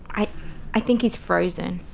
i i think he's frozen.